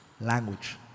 language